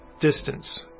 distance